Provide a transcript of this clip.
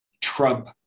Trump